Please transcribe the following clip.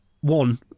one